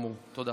תודה.